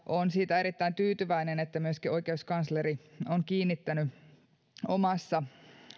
olen siitä erittäin tyytyväinen että myöskin oikeuskansleri on kiinnittänyt omassa